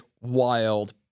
wild